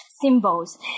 symbols